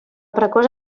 precoç